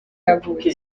yavutse